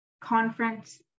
conference